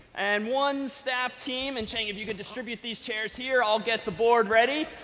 and one staff team. and cheng, if you could distribute these chairs here, i'll get the board ready.